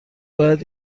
باید